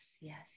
yes